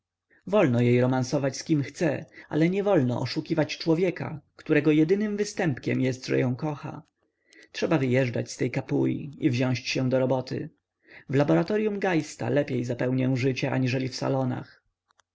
wolno jej romansować z kim chce ale niewolno oszukiwać człowieka którego jedynym występkiem jest że ją kocha trzeba wyjeżdżać z tej kapui i wziąć się do roboty w laboratoryum geista lepiej zapełnię życie aniżeli w salonach